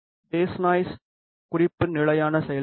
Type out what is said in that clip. base noise குறிப்பு நிலையான செயல்பாடு